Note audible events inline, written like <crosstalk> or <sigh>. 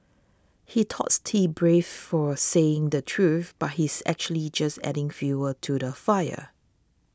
he thought <unintelligible> brave for saying the truth but he's actually just adding fuel to the fire